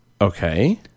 Okay